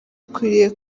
akwiriye